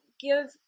give